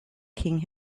king